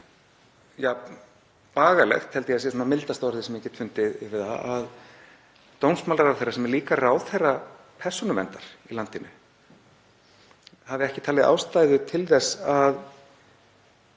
jafn bagalegt, held ég að sé svona mildasta orðið sem ég get fundið, að dómsmálaráðherra, sem er líka ráðherra persónuverndar í landinu, hafi ekki talið ástæðu til þess að